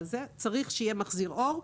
צריך שיהיה מחזיר אור.